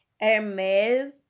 Hermes